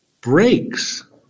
breaks